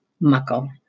Muckle